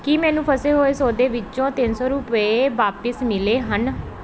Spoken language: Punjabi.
ਕੀ ਮੈਨੂੰ ਫਸੇ ਹੋਏ ਸੌਦੇ ਵਿਚੋਂ ਤਿੰਨ ਸੌ ਰੁਪਏ ਵਾਪਸ ਮਿਲੇ ਹਨ